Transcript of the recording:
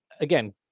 again